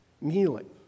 kneeling